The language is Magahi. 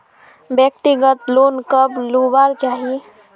व्यक्तिगत लोन कब लुबार चही?